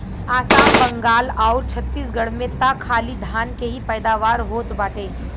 आसाम, बंगाल आउर छतीसगढ़ में त खाली धान के ही पैदावार होत बाटे